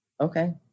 Okay